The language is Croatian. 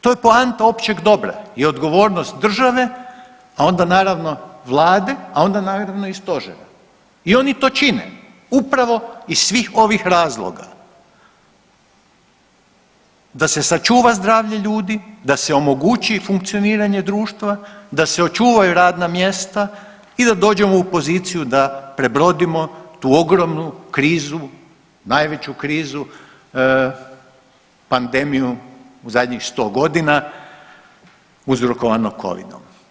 To je poanta općeg dobra i odgovornost države, a onda naravno vlade, a onda naravno i stožera i oni to čine upravo iz svih ovih razloga da se sačuva zdravlje ljudi, da se omogući funkcioniranje društva, da se očuvaju radna mjesta i da dođemo u poziciju da prebrodimo tu ogromnu krizu, najveću krizu pandemiju u zadnjih 100.g. uzrokovanu covidom.